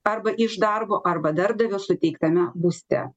arba iš darbo arba darbdavio suteiktame būste